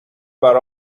برا